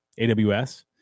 AWS